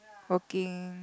working